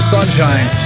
Sunshine